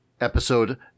episode